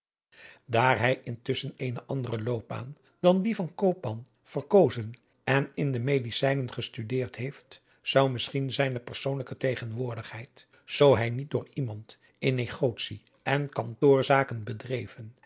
daar hij intusschen eene andere loopbaan dan die van koopman verkozen en in de medicijnen gestudeerd heeft zou misschien zijne persoonlijke tegenwoordigheid zoo hij niet door iemand in negotie en kantoorzaken bedreven